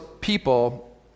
people